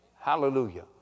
Hallelujah